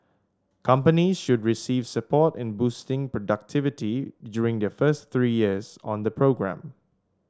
companies should receive support in boosting productivity during their first three years on the programme